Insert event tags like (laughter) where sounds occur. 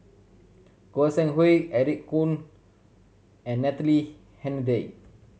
Goi Seng Hui Eric Khoo and Natalie (unintelligible)